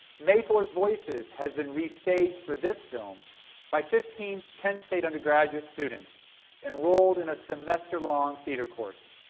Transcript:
may fourth voices has been re-staged for this film by fifteen ken state undergraduate students enrolled in a semester long theater course.